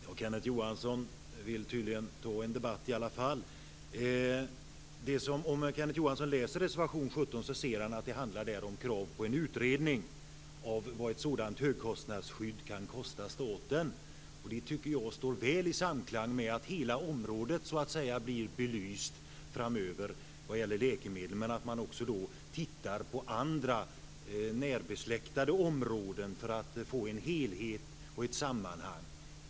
Fru talman! Kenneth Johansson vill tydligen ta en debatt i alla fall. Om Kenneth Johansson läser reservation 17 ser han att den handlar om krav på en utredning av vad ett sådant högkostnadsskydd kan kosta staten. Det tycker jag står väl i samklang med att hela området blir belyst framöver vad gäller läkemedel. Men man skall också titta på andra närbesläktade områden för att få en helhet och ett sammanhang.